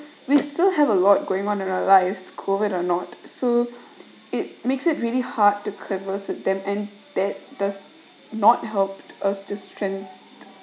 we still have a lot going on in our lives COVID or not so it makes it really hard to converse with them and that does not helped us to strengthen